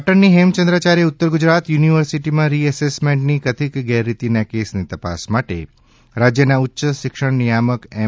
પાટણની હેમચદ્રાચાર્ય ઉત્તર ગુજરાત યુનિવર્સિટીમાં રિ એસેસમેન્ટની કથિત ગેરરીતિના કેસની તપાસ માટે રાજ્યના ઉચ્ચશિક્ષણ નિયામક એમ